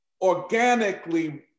organically